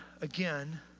again